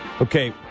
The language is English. Okay